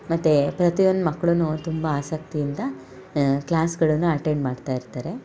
ಮತ್ತು ಪ್ರತಿಯೊಂದು ಮಕ್ಳೂ ತುಂಬ ಆಸಕ್ತಿಯಿಂದ ಕ್ಲಾಸ್ಗಳನ್ನು ಅಟೆಂಡ್ ಮಾಡ್ತಾ ಇರ್ತಾರೆ